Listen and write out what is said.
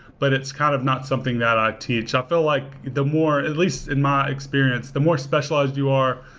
but it's kind of not something that i teach. i feel like the more at least, in my experience, the more specialized you are,